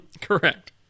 Correct